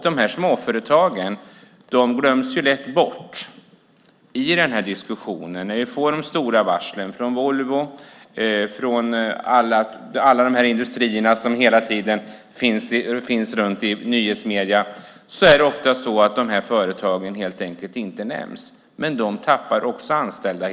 Dessa småföretag glöms lätt bort i diskussionen när det kommer stora varsel från Volvo och alla andra industrier som hela tiden finns med i nyhetsmedierna. Oftast är det så att småföretagen helt enkelt inte nämns, men också de tappar hela tiden anställda.